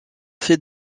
fait